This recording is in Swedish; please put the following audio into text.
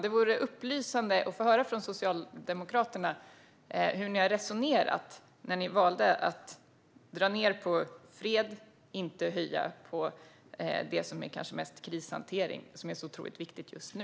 Det vore upplysande, fru talman, att få höra från Socialdemokraterna hur man har resonerat när man valt att dra ned på fred - inte höja - och det som kanske mest är krishantering, vilket är så otroligt viktigt just nu.